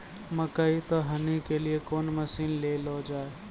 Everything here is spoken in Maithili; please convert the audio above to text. मकई तो हनी के लिए कौन मसीन ले लो जाए?